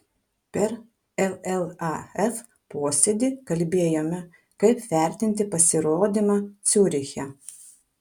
per llaf posėdį kalbėjome kaip vertinti pasirodymą ciuriche